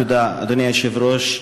אדוני היושב-ראש,